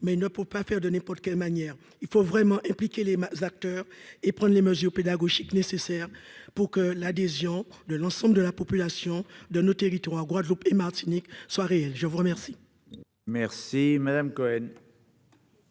mais il ne faut pas faire de n'importe quelle manière il faut vraiment les acteurs et prendre les mesures pédagogiques nécessaires pour que l'adhésion de l'ensemble de la population de nos territoires, Guadeloupe et Martinique soit réelle, je vous remercie.